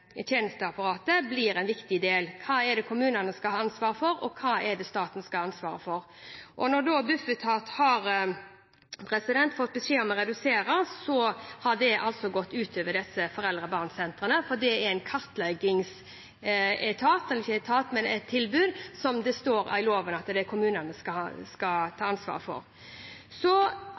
statlige tjenesteapparatet blir en viktig del: Hva er det kommunene skal ha ansvaret for, og hva er det staten skal ha ansvaret for? Når Bufetat har fått beskjed om å redusere, har det altså gått ut over disse foreldre-og-barn-sentrene, for det er et kartleggingstilbud som det står i loven at kommunene skal ha ansvaret for.